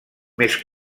més